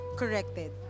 corrected